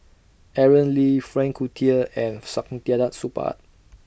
Aaron Lee Frank Cloutier and Saktiandi Supaat